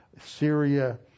Syria